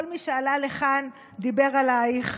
כל מי שעלה לכאן דיבר עלייך,